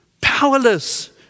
powerless